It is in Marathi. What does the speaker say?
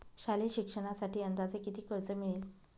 शालेय शिक्षणासाठी अंदाजे किती कर्ज मिळेल?